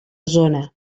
zona